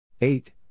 Eight